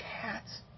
cats